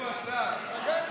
קבוצת סיעת